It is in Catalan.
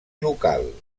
local